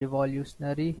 revolutionary